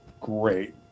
great